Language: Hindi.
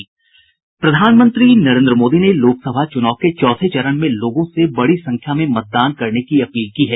प्रधानमंत्री नरेंद्र मोदी ने लोकसभा चूनाव के चौथे चरण में लोगों से बड़ी संख्या में मतदान करने की अपील की है